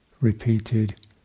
repeated